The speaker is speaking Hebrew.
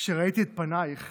כשראיתי את פנייך